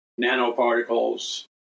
nanoparticles